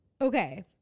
okay